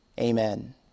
Amen